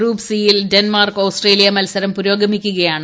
group സിയിൽ Denmark Australia മത്സരം പുരോഗമിക്കുകയാണ്